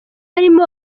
harimo